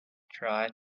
try